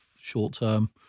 short-term